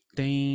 tem